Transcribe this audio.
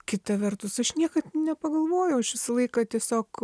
kita vertus aš niekad nepagalvojau aš visą laiką tiesiog